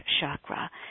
Chakra